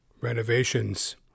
Renovations